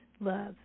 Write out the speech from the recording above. love